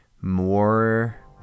more